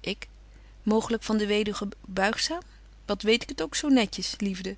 ik mooglyk van de weduwe buigzaam wat weet ik het ook zo netjes liefde